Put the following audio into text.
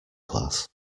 class